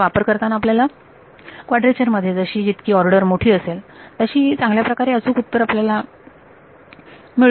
त्याचा वापर करताना आपल्याला कॉड्रेचर मध्ये जशी जितकी ऑर्डर मोठी असेल तशी चांगल्या प्रकारे अचूकता आपल्याला मिळाली बरोबर